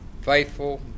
faithful